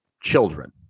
children